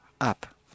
up